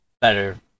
better